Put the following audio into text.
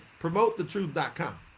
PromoteTheTruth.com